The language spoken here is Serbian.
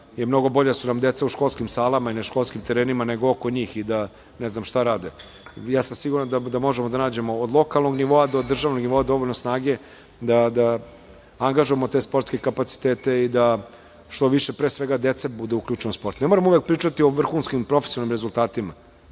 mnogo bolje da su nam deca u školskim salama i na školskim terenima nego oko njih i da ne znam šta rade. Siguran sam da možemo da nađemo od lokalnog nivoa do državnog nivoa dovoljno snage da angažujemo te sportske kapacitete i da što više, pre svega dece bude uključeno u sport. Ne moramo uvek pričati o vrhunskim profesionalnim rezultatima,